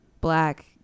black